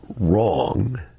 wrong